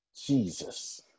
jesus